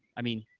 i mean,